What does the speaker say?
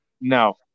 No